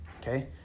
okay